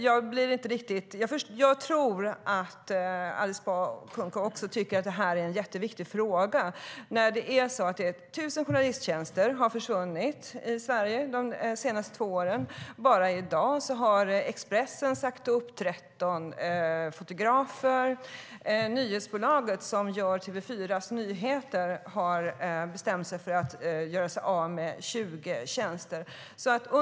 Jag tror att Alice Bah Kuhnke också tycker att det här är en jätteviktig fråga. Tusen journalisttjänster har försvunnit i Sverige de senaste två åren. Bara i dag har Expressen sagt upp 13 fotografer. Nyhetsbolaget, som gör TV4:s nyheter, har bestämt sig för att göra sig av med 20 tjänster.